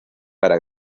para